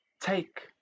take